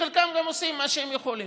חלקם גם עושים מה שהם יכולים.